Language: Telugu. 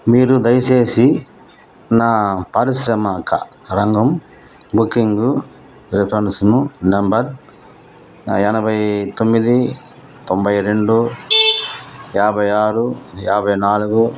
మీరు దయచేసి నా పారిశ్రామిక రంగం బుకింగు రిఫరెన్స్ నెంబర్ ఎనభై తొమ్మిది తొంభై రెండు యాభై ఆరు యాభై నాలుగు